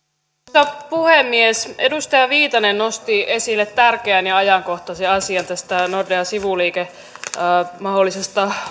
arvoisa puhemies edustaja viitanen nosti esille tärkeän ja ajankohtaisen asian tästä nordean mahdollisesta